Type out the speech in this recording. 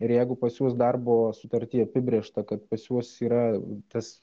ir jeigu pas juos darbo sutarty apibrėžta kad pas juos yra tas